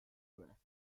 breath